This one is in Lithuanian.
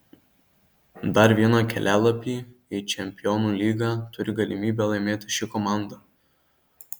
dar vieną kelialapį į čempionų lygą turi galimybę laimėti ši komanda